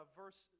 verse